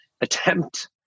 attempt